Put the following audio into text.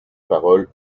parole